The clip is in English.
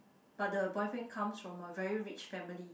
but the boyfriend comes from a very rich family